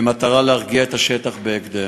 במטרה להרגיע את השטח בהקדם.